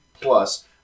plus